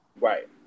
Right